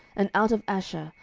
and out of asher,